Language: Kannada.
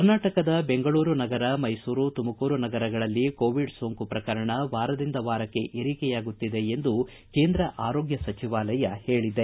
ಕರ್ನಾಟಕದ ಬೆಂಗಳೂರು ನಗರ ಮೈಸೂರು ತುಮಕೂರು ನಗರಗಳಲ್ಲಿ ಕೋವಿಡ್ ಸೋಂಕು ಪ್ರಕರಣ ವಾರದಿಂದ ವಾರಕ್ಕೆ ಏರಿಕೆಯಾಗುತ್ತಿದೆ ಎಂದು ಕೇಂದ್ರ ಆರೋಗ್ಯ ಸಚಿವಾಲಯ ಹೇಳದೆ